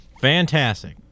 Fantastic